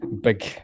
big